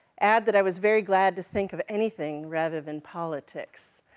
add that i was very glad to think of anything rather than politics,